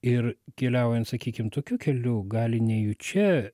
ir keliaujant sakykim tokiu keliu gali nejučia